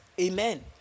Amen